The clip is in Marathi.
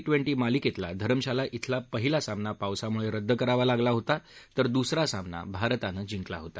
ट्वेंटी मालिकेतला धरमशाला इथला पहिला सामना पावसामुळे रद्द करावा लागला होता तर दुसरा सामना भारतानं जिंकला होता